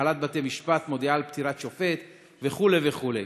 הנהלת בתי-המשפט מודיעה על פטירת שופט וכו' וכו'.